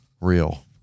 real